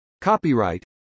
Copyright